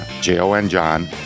J-O-N-John